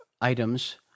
items